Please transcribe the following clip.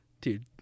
Dude